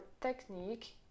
technique